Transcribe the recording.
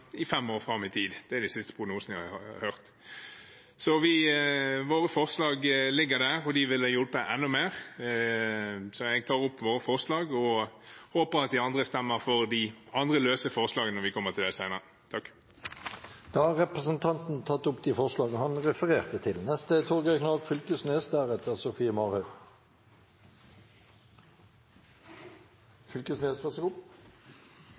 fem år fram i tid, ifølge den siste prognosen jeg har sett. Våre forslag ligger der, og de ville ha hjulpet enda mer. Jeg tar opp vårt forslag og håper at de andre stemmer for de andre løse forslagene, når vi kommer til det senere. Representanten Marius Arion Nilsen har tatt opp det forslaget han refererte til. Den situasjonen vi står i no, er